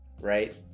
right